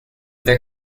there